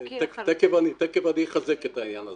ותכף אני אחזק את העניין הזה.